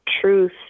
truth